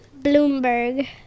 Bloomberg